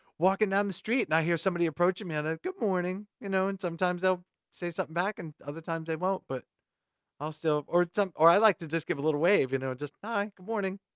walking dow the street, and i hear somebody approaching me, and good morning. you know, and sometimes they'll say something back and other times they won't. but also, or or i like to just give a little wave, you know. just hi, good morning.